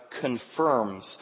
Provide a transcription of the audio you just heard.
confirms